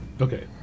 Okay